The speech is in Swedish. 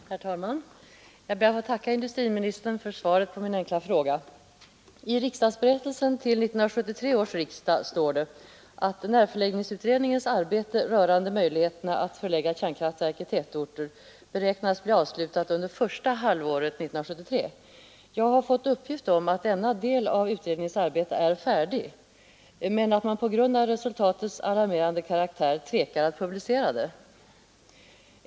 Herr talman! Jag ber att få tacka industriministern för svaret på min enkla fråga. I riksdagsberättelsen till 1973 års riksdag står det att närförläggningsutredningens arbete rörande möjligheterna att förlägga kärnkraftverk i tätorter beräknas bli avslutat under första halvåret 1973. Jag har fått uppgift om att denna del av utredningens arbete är färdig men att man på grund av resultatets alarmerande karaktär tvekar att publicera det.